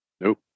Nope